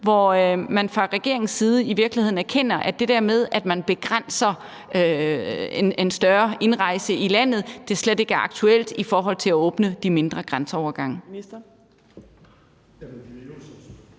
hvor man fra regeringens side i virkeligheden erkender, at det der med, at man begrænser en større indrejse i landet, slet ikke er aktuelt i forhold til at åbne de mindre grænseovergange?